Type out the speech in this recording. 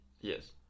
Yes